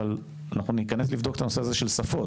אבל אנחנו ניכנס לבדוק את הנושא הזה של שפות.